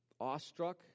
awestruck